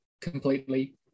completely